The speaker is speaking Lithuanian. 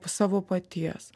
savo paties